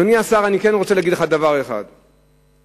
אדוני השר, אני רוצה להגיד לך דבר אחד נוסף,